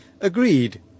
agreed